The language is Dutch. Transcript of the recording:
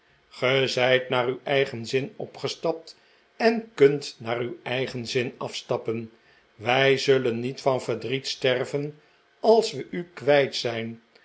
t naar uw eigen zin opgestapt en kunt naar uw eigen zin afstappen wij zullen niet van verdriet sterven als we u kwijt zijn